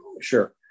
sure